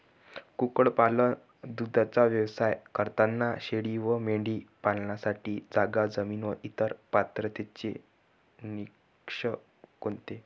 कुक्कुटपालन, दूधाचा व्यवसाय करताना शेळी व मेंढी पालनासाठी जागा, जमीन व इतर पात्रतेचे निकष कोणते?